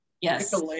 Yes